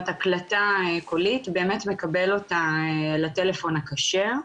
הקלטה קולית, באמת מקבל אותה לטלפון הכשר,